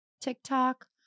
TikTok